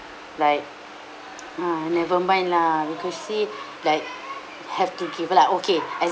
like ah never mind lah you could see like have to give lah okay